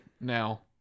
now